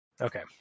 Okay